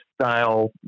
style